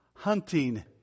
Hunting